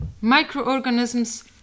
microorganisms